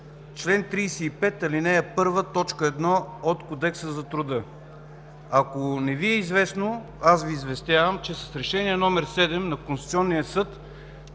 чл. 35, ал. 1, т. 1 от Кодекса на труда. Ако не Ви е известно, аз Ви известявам, че с Решение № 7 на Конституционния съд